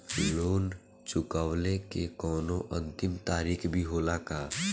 Loan चुकवले के कौनो अंतिम तारीख भी होला का?